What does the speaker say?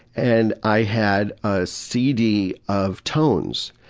and i had a cd of tones.